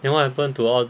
then what happen to all